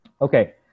Okay